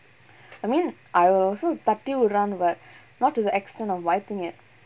I mean I will also தட்டி உடுரானு:thatti uduraanu but not to the extent of wiping it